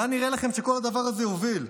לאן נראה לכם שכל הדבר הזה יוביל?